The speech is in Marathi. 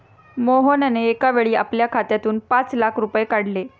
मोहनने एकावेळी आपल्या खात्यातून पाच लाख रुपये काढले